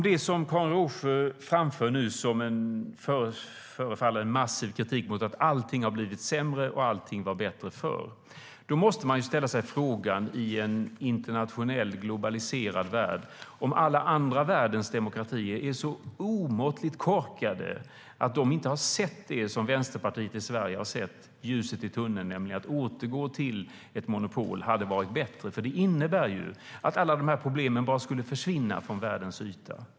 Det som Karin Rågsjö nu framför förefaller vara en massiv kritik mot att allt har blivit sämre och att allt var bättre förr. Då måste man, i en internationell, globaliserad värld, fråga sig om alla andra världens demokratier är så omåttligt korkade att de inte har sett det som Vänsterpartiet i Sverige har sett, ljuset i tunneln, att det hade varit bättre att återgå till ett monopol, eftersom det skulle innebära att alla dessa problem bara skulle försvinna från världens yta.